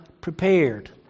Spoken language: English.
prepared